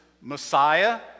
Messiah